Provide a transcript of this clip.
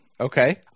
Okay